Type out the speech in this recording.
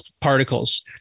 particles